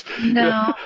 No